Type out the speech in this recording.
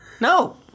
No